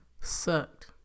Sucked